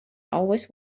always